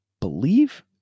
believe